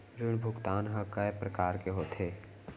ऋण भुगतान ह कय प्रकार के होथे?